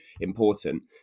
important